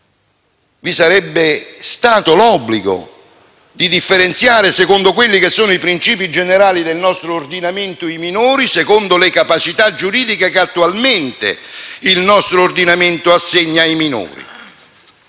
vi sarebbe stato l'obbligo di differenziare; secondo quelli che sono i principi generali del vostro ordinamento, i minori secondo le capacità giuridiche che attualmente il nostro ordinamento assegna loro.